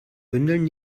bündeln